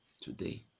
today